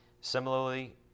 Similarly